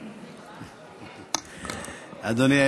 אדוני.